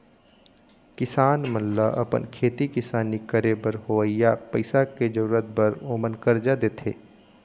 किसान मन ल अपन खेती किसानी करे बर होवइया पइसा के जरुरत बर ओमन करजा देथे